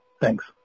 Thanks